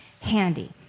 handy